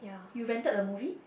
you rented a movie